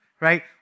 right